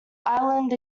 island